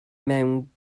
mewn